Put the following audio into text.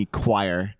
choir